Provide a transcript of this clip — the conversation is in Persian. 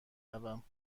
روم